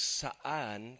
saan